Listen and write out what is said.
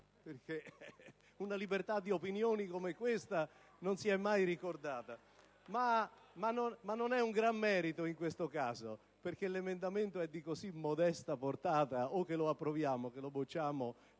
Libertà: una libertà di opinioni come questa non si è mai ricordata ma non è un gran merito in questo caso perché l'emendamento è di così modesta portata, ove lo approviamo o lo bocciamo.